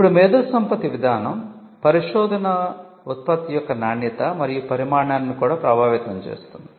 ఇప్పుడు మేధోసంపత్తి విధానం పరిశోధన ఉత్పత్తి యొక్క నాణ్యత మరియు పరిమాణాన్ని కూడా ప్రభావితం చేస్తుంది